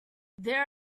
there